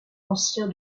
ancien